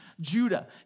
Judah